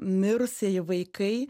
mirusieji vaikai